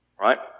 Right